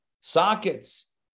sockets